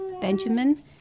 Benjamin